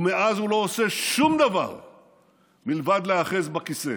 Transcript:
ומאז הוא לא עושה שום דבר מלבד להיאחז בכיסא.